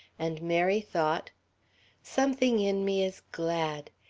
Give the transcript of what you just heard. and mary thought something in me is glad.